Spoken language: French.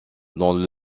dans